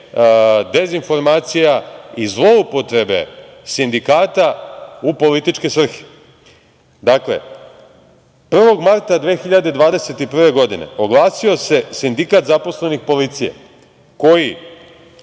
dezinformacija i zloupotrebe sindikata u političke svrhe. Dakle, 1. marta 2021. godine oglasio se Sindikat zaposlenih policije koji